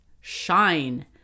shine